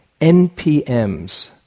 NPMs